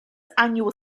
annual